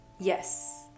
Yes